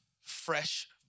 fresh